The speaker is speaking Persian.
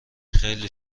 خیلی